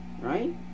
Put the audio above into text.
right